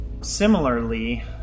similarly